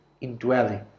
indwelling